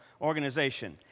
organization